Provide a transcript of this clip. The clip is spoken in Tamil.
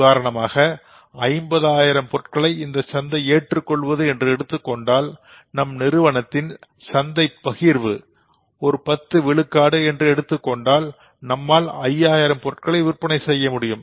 உதாரணமாக 50000 பொருட்களை இந்த சந்தை ஏற்றுக்கொள்வது என்று எடுத்துக்கொண்டு நம் நிறுவனத்தின் சந்தை பகிர்வு ஒரு பத்து விழுக்காடு என்று எடுத்துக் கொண்டால் நம்மால் 5000 பொருட்களை விற்பனை செய்ய முடியும்